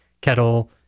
Kettle